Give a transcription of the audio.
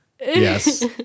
Yes